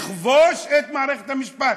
לכבוש את מערכת המשפט.